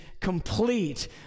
complete